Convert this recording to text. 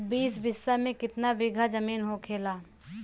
बीस बिस्सा में कितना बिघा जमीन होखेला?